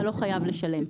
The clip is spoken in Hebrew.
אתה לא חייב לשלם.